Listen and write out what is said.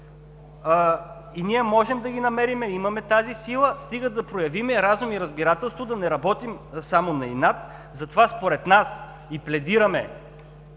и ние можем да ги намерим, имаме тази сила, стига да проявим разум и разбирателство да не работим само на инат. Затова пледираме